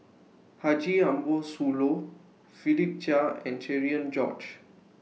Haji Ambo Sooloh Philip Chia and Cherian George